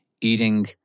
eating